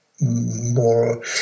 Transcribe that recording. more